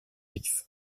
vif